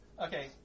Okay